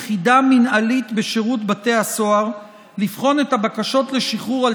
יחידה מינהלית בשירות בתי הסוהר לבחון את בקשותיהם לשחרור על